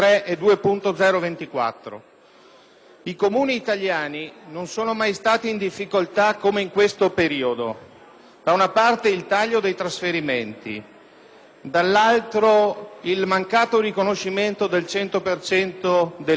I Comuni italiani non sono mai stati in difficoltà come in questo periodo: da una parte c'è il taglio dei trasferimenti, dall'altra il mancato riconoscimento del 100 per cento dell' ICI come mancato introito.